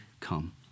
come